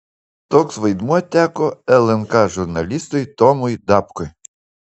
toks vaidmuo teko lnk žurnalistui tomui dapkui